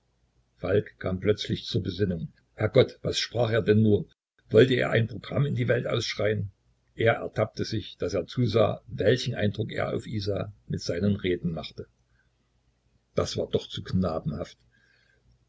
falk kam plötzlich zur besinnung herrgott was sprach er denn nur wollte er ein programm in die welt ausschreien er ertappte sich daß er zusah welchen eindruck er auf isa mit seinen reden machte das war doch zu